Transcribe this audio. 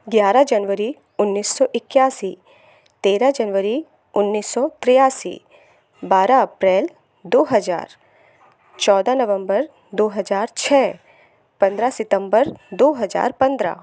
ग्यारह जनवरी उन्नीस सौ इक्यासी तेरह जनवरी उन्नीस सौ तिरासी बारह अप्रेल दो हज़ार चौदह नवम्बर दो हजार छः पंद्रह सितम्बर दो हज़ार पंद्रह